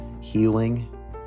healing